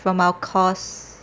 from our course